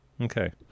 Okay